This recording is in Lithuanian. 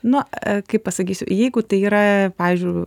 na kaip pasakysiu jeigu tai yra pavyzdžiui